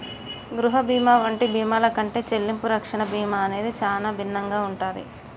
గృహ బీమా వంటి బీమాల కంటే చెల్లింపు రక్షణ బీమా అనేది చానా భిన్నంగా ఉంటాది